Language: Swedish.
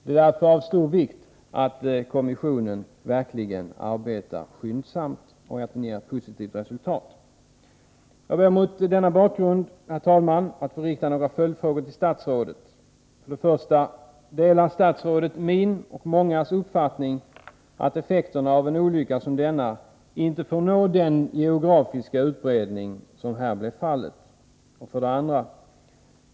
Det är därför av stor vikt att kommissionen verkligen arbetar skyndsamt och att den ger ett positivt resultat. Jag ber mot denna bakgrund, herr talman, att få rikta några följdfrågor till statsrådet. 1. Delar statsrådet min och många andras uppfattning att effekterna av en olycka som denna inte får nå den geografiska utbredning som här blev. fallet? 2.